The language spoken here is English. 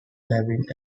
labine